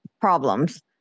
problems